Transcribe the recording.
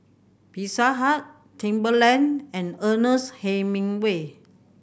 Pizza Hut Timberland and Ernest Hemingway